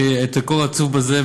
שהעתקו רצוף בזה,